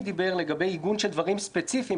דיבר לגבי עיגון של דברים ספציפיים.